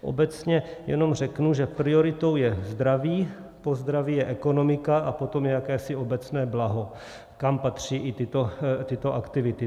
Obecně jenom řeknu, že prioritou je zdraví, po zdraví je ekonomika a potom jakési obecné blaho, kam patří i tyto aktivity.